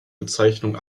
bezeichnung